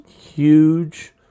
huge